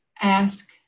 ask